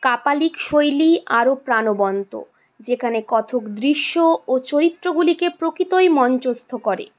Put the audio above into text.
কাপালিক শৈলী আরও প্রাণবন্ত যেখানে কথক দৃশ্য ও চরিত্রগুলিকে প্রকৃতই মঞ্চস্থ করে